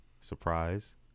Surprise